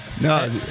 No